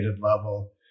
level